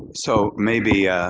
so maybe